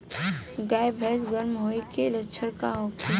गाय भैंस गर्म होय के लक्षण का होखे?